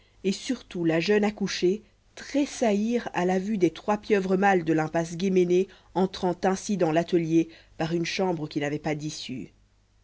et surtout la jeune accouchée tressaillirent à la vue des trois pieuvres mâles de l'impasse guéménée entrant ainsi dans l'atelier par une chambre qui n'avait pas d'issue